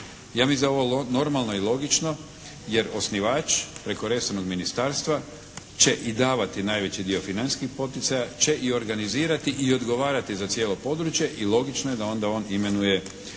da je ovo normalno i logično jer osnivač preko resornog ministarstva će i davati najveći dio financijskih poticaja, će i organizirati i odgovarati za cijelo područje i logično je da onda on imenuje